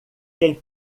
quem